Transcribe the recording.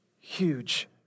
huge